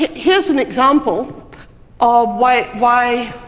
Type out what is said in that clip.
here's an example of why why